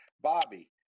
Bobby